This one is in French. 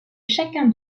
chacun